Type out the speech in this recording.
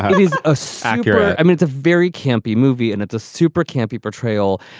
and he's a slacker. i mean, it's a very campy movie and it's a super campy portrayal.